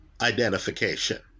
identification